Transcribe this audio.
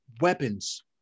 weapons